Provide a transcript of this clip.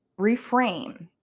reframe